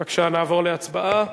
בבקשה, נעבור להצבעה